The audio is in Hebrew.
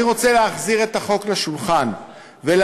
אני רוצה להחזיר את החוק לשולחן ולהרחיב